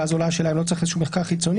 ואז עולה השאלה האם לא צריך איזשהו מחקר חיצוני,